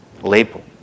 label